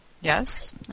yes